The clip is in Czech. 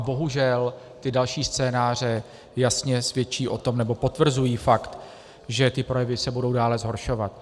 Bohužel další scénáře jasně svědčí o tom, nebo potvrzují fakt, že ty projevy se budou dále zhoršovat.